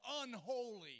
unholy